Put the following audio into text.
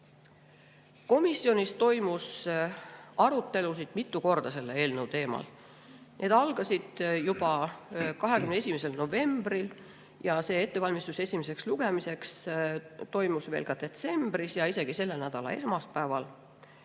Komisjonis toimus arutelu selle eelnõu teemal mitu korda. Need algasid juba 21. novembril ja ettevalmistus esimeseks lugemiseks toimus veel ka detsembris ja isegi selle nädala esmaspäeval.